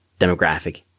demographic